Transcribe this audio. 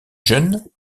jeunes